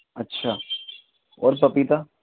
اچھا اور پپیتا